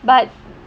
but